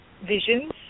visions